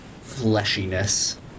fleshiness